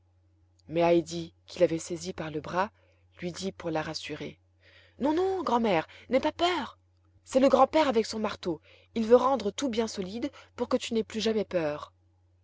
heidi qui l'avait saisie par le bras lui dit pour la rassurer non non grand'mère n'aie pas peur c'est le grand-père avec son marteau il veut rendre tout bien solide pour que tu n'aies plus jamais peur